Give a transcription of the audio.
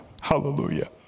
hallelujah